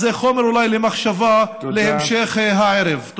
אז זה אולי חומר למחשבה להמשך הערב.